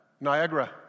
Niagara